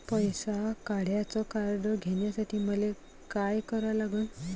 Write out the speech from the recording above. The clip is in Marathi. पैसा काढ्याचं कार्ड घेण्यासाठी मले काय करा लागन?